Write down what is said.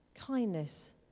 kindness